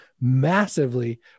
massively